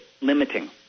limiting